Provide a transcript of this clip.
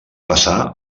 passà